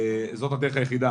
זאת הדרך היחידה.